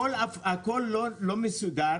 הכול לא מסודר.